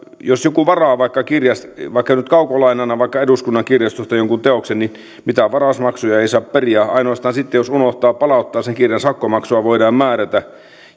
jos joku varaa vaikka nyt kaukolainana eduskunnan kirjastosta jonkun teoksen niin mitään varausmaksuja ei saa periä ainoastaan sitten jos unohtaa palauttaa sen kirjan sakkomaksua voidaan määrätä